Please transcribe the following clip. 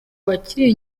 bakiri